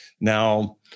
Now